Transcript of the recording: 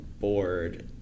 bored